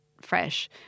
fresh